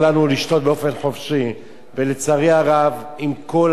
ולצערי הרב, עם כל המגבלות ועם כל הרצון הטוב